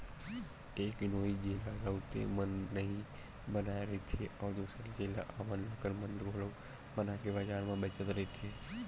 एक नोई जेला राउते मन ही बनाए रहिथे, अउ दूसर जेला आम लोगन मन घलोक बनाके बजार म बेचत रहिथे